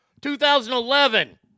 2011